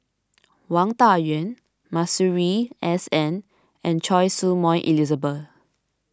Wang Dayuan Masuri S N and Choy Su Moi Elizabeth